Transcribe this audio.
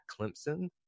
Clemson